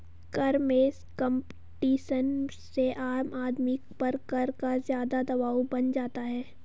कर में कम्पटीशन से आम आदमी पर कर का ज़्यादा दवाब बन जाता है